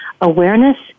awareness